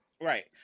right